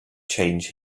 change